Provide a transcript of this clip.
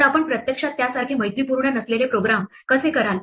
तर आपण प्रत्यक्षात त्यासारखे मैत्रीपूर्ण नसलेले प्रोग्राम कसे कराल